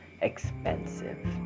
expensive